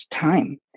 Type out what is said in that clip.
time